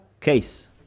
case